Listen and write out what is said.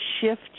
shift